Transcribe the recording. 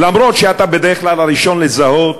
אומנם אתה בדרך כלל הראשון לזהות,